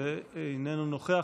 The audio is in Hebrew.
איננו נוכח,